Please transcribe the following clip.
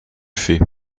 fais